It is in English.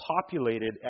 populated